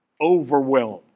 overwhelmed